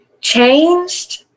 changed